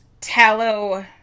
tallow